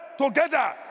together